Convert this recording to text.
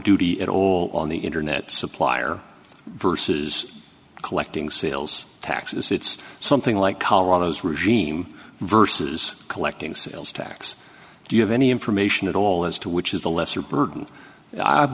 duty at all on the internet supplier versus collecting sales taxes it's something like colorado's regime versus collecting sales tax do you have any information at all as to which is the lesser burden i